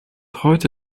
heute